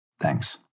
Thanks